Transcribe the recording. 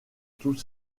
tous